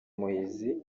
muhizi